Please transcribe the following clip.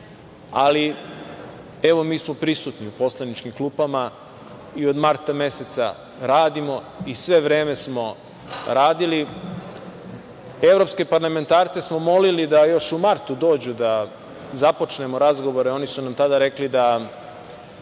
ali evo mi smo prisutni u poslaničkim klupama i od marta meseca radimo i sve vreme smo radili. Evropske parlamentarce smo molili da još u martu dođu da započnemo razgovore. Oni su nam tada rekli da